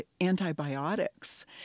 antibiotics